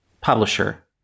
publisher